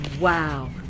Wow